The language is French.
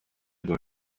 doit